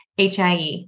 HIE